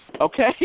Okay